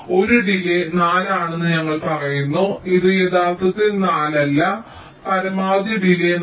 ഒരു ഡിലേയ് 4 ആണെന്ന് ഞങ്ങൾ പറയുന്നു ഇത് യഥാർത്ഥത്തിൽ 4 അല്ല പരമാവധി ഡിലേയ് 4